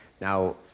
now